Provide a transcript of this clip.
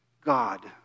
God